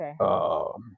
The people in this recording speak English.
Okay